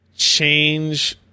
change